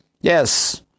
yes